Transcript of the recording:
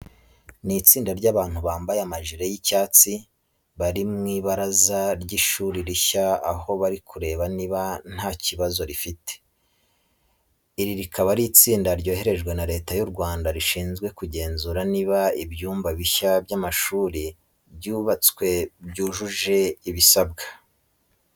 Ni itsinda ry'abantu bambaye amajire y'icyatsi, bari mu ibaraza ry'ishuri rishya aho bari kureba niba nta kibazo rifite. Iri rikaba ari itsinda ryoherejwe na Leta y'u Rwanda rishinzwe kugenzura niba ibyumba bishya by'amashuri byubatswe byujuje ibisabwa.